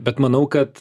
bet manau kad